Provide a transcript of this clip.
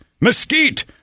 Mesquite